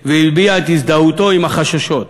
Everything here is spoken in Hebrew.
והביע את הזדהותו עם החששות,